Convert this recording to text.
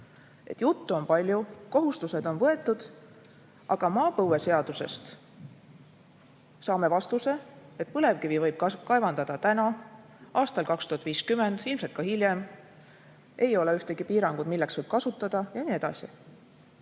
juttu on palju, kohustused on võetud, aga maapõueseadusest saame vastuse, et põlevkivi võib kaevandada täna, aastal 2050, ilmselt ka hiljem. Ei ole ühtegi piirangut, milleks võib kasutada ja nii edasi.